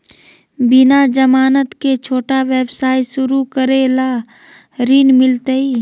बिना जमानत के, छोटा व्यवसाय शुरू करे ला ऋण मिलतई?